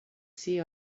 see